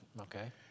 Okay